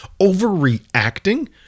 Overreacting